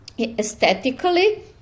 Aesthetically